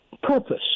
purpose